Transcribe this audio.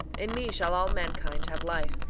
in me shall all mankind have life,